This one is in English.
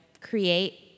create